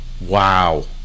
Wow